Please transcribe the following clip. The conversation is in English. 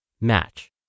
Match